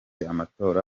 amatora